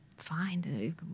fine